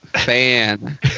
fan